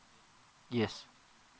yes